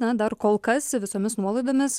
na dar kol kas visomis nuolaidomis